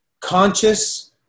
conscious